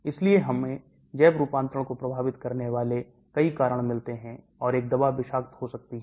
इसलिए हमें जैव रूपांतरण को प्रभावित करने वाले कई कारण मिलते हैं और एक दवा विषाक्त हो सकती है